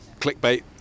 clickbait